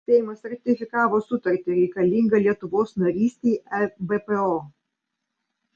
seimas ratifikavo sutartį reikalingą lietuvos narystei ebpo